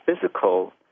physical